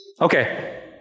Okay